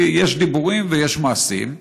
כי יש דיבורים ויש מעשים.